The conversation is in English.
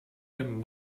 him